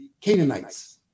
canaanites